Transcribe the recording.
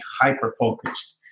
hyper-focused